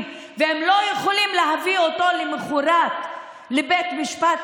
והם לא יכולים להביא אותו למוחרת לבית משפט,